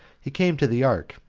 he came to the ark,